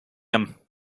him